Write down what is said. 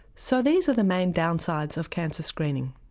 so these are the main downsides of cancer screening.